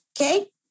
Okay